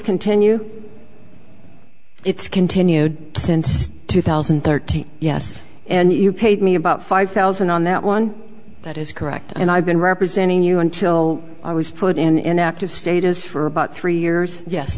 continue it's continued since two thousand and thirteen yes and you paid me about five thousand on that one that is correct and i've been representing you until i was put in inactive status for about three years yes